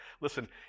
Listen